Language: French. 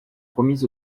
promise